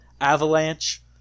Avalanche